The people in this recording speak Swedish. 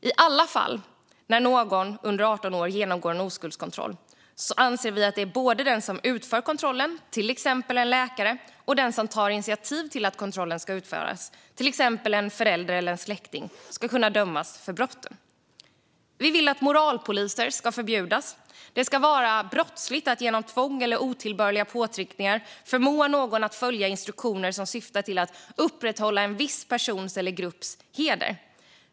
I alla fall när någon under 18 år genomgår en oskuldskontroll anser vi att både den som utför kontrollen, till exempel en läkare, och den som tar initiativ till att kontrollen ska utföras, till exempel en förälder eller en släkting, ska kunna dömas för brotten. Vi vill att moralpoliser ska förbjudas. Det ska vara brottsligt att genom tvång eller otillbörliga påtryckningar förmå någon att följa instruktioner som syftar till att upprätthålla en viss persons eller grupps heder.